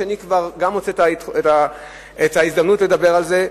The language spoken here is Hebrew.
ואני כבר גם מוצא את ההזדמנות לדבר על זה,